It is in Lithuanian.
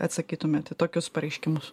atsakytumėt į tokius pareiškimus